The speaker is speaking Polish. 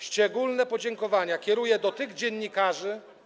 Szczególne podziękowania kieruję do tych dziennikarzy.